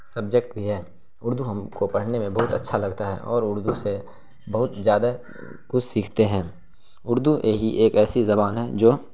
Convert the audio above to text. subject بھی ہے اردو ہم کو پڑھنے میں بہت اچھا لگتا ہے اور اردو سے بہت زیادہ کچھ سیکھتے ہیں اردو یہ ہی ایک ایسی زبان ہے جو